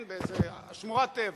באיזה שמורת טבע.